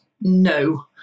no